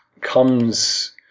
comes